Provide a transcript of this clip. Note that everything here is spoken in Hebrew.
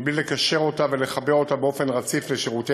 בלי לקשר אותה ולחבר אותה באופן רציף לשירותי